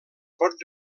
pot